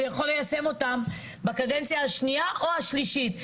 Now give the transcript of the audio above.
ויכול ליישם אותן בקדנציה השנייה או השלישית.